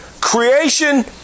Creation